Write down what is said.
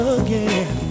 again